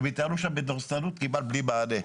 הם התנהגו שם בדורסנות וכמעט בלי מענה.